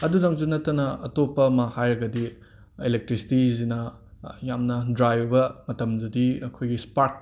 ꯑꯗꯨꯇꯪꯁꯨ ꯅꯠꯇꯅ ꯑꯇꯣꯞꯄ ꯑꯃ ꯍꯥꯏꯔꯒꯗꯤ ꯑꯦꯂꯦꯛꯇ꯭ꯔꯤꯁꯇꯤꯁꯤꯅ ꯌꯥꯝꯅ ꯗ꯭ꯔꯥꯏ ꯑꯣꯏꯕ ꯃꯇꯝꯗꯗꯤ ꯑꯩꯈꯣꯏꯒꯤ ꯁ꯭ꯄꯥꯔꯛ